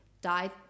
died